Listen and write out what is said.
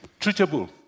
Treatable